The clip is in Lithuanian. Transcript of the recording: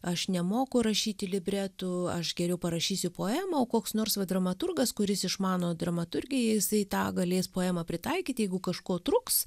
aš nemoku rašyti libretų aš geriau parašysiu poemą o koks nors va dramaturgas kuris išmano dramaturgiją jisai tą galės poemą pritaikyti jeigu kažko truks